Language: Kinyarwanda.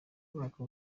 mwaka